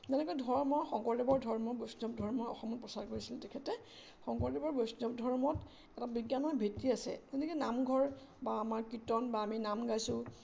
যেনেকৈ ধৰ্মৰ শংকৰদেৱৰ ধৰ্মৰ বৈষ্ণৱ ধৰ্ম অসমৰ প্ৰচাৰ কৰিছিল তেখেতে শংকৰদেৱৰ বৈষ্ণৱ ধৰ্মত এটা বিজ্ঞানৰ ভিত্তি আছে যেনেকে নামঘৰ বা আমাৰ কীৰ্তন বা আমি নাম গাইছোঁ